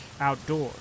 outdoors